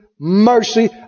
Mercy